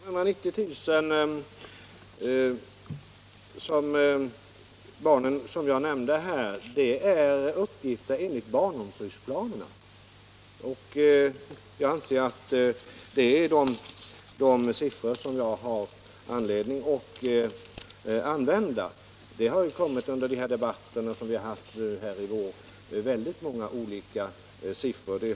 Herr talman! Uppgiften om 290 000 barn, som jag nämnde, är hämtad ur barnomsorgsplanerna. Jag anser att det är de siffror som jag har anledning att använda. Under de debatter som vi haft här i vår har många olika uppgifter kommit fram.